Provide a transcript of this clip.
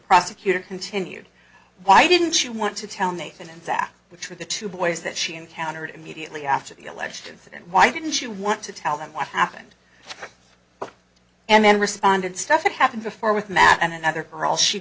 prosecutor continued why didn't she want to tell nathan in fact which were the two boys that she encountered immediately after the alleged incident why didn't she want to tell them what happened and then respond and stuff that happened before with matt and another girl she